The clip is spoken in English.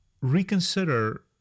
reconsider